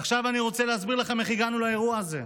ועכשיו אני רוצה להסביר לכם איך הגענו לאירוע הזה.